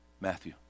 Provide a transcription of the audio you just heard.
Matthew